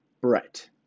Brett